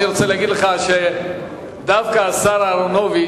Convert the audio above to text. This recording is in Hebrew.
אני רוצה להגיד לך שדווקא השר אהרונוביץ